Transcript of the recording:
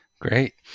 Great